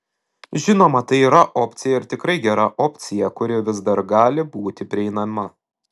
žinoma tai yra opcija ir tikrai gera opcija kuri vis dar gali būti prieinama